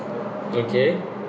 okay